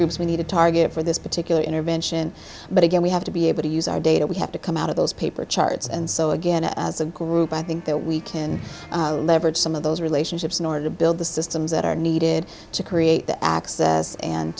groups we need to target for this particular intervention but again we have to be able to use our data we have to come out of those paper charts and so again as a group i think that we can leverage some of those relationships in order to build the systems that are needed to create the access and